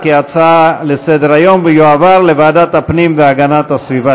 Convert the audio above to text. להצעה לסדר-היום ולהעביר את הנושא לוועדת הפנים והגנת הסביבה